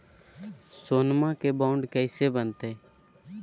सोनमा के बॉन्ड कैसे बनते?